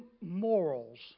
morals